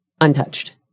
untouched